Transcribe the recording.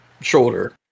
shoulder